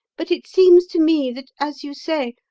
but it seems to me that, as you say,